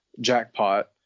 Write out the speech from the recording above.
jackpot